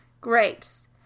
Grapes